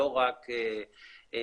לא רק מזון,